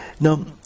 Now